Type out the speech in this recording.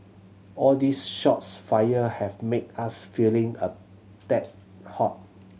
all these shots fired have made us feeling a tad hot